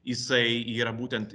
jisai yra būtent